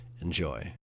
Enjoy